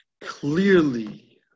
clearly